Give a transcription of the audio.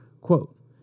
Quote